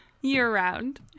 year-round